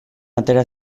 atera